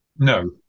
No